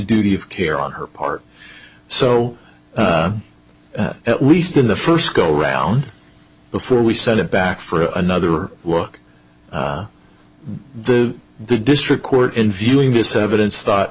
duty of care on her part so at least in the first go round before we send it back for another work the district court in viewing this evidence thought